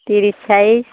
তিরিশ সাইজ